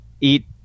Eat